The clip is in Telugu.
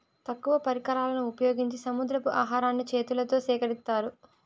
తక్కువ పరికరాలను ఉపయోగించి సముద్రపు ఆహారాన్ని చేతులతో సేకరిత్తారు